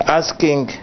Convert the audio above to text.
asking